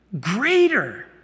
greater